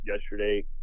yesterday